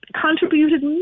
contributed